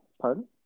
Pardon